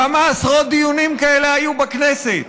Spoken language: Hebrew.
כמה עשרות דיונים כאלה היו בכנסת?